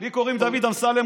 לי קוראים דוד אמסלם.